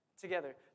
together